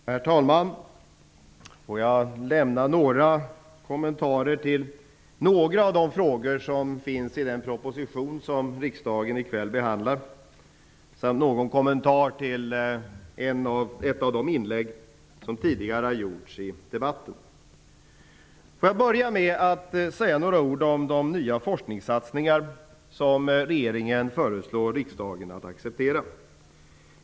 Herr talman! Får jag lämna några kommentarer till några av de frågor som finns i den proposition som riksdagen i kväll behandlar samt någon kommentar till ett av de inlägg som gjordes tidigare i debatten. Jag vill börja med att säga några ord om de nya forskningssatsningar som regeringen föreslår att riksdagen accepterar.